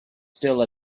still